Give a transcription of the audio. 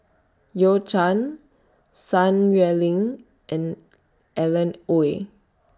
YOU Can Sun yuanling and Alan Oei